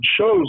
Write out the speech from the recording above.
shows